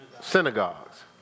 synagogues